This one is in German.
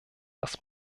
dass